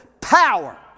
power